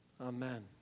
Amen